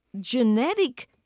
genetic